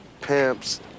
pimps